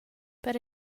per